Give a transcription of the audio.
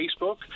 Facebook